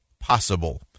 possible